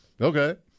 Okay